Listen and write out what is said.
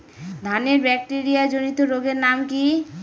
ধানের ব্যাকটেরিয়া জনিত রোগের নাম কি?